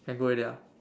can go already ah